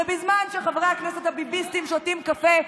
אז בואו אני אספר לכם מה שקורה בזמן שאתם בחופשה.